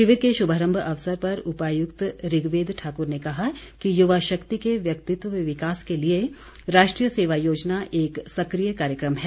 शिविर के शुभारम्भ अवसर पर उपायुक्त ऋग्वेद ठाकुर ने कहा कि युवा शक्ति के व्यक्तित्व विकास के लिए राष्ट्रीय सेवा योजना एक सक्रिय कार्यक्रम है